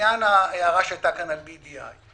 לעניין ההערה שהייתה כאן על BDI,